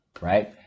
right